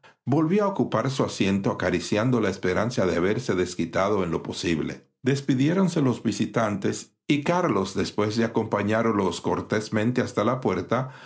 volvió a ocupar su asiento acariciando la esperanza de haberse desquitado en lo posible despidiéronse los visitantes y carlos después de acompañarlos cortésmente hasta la puerta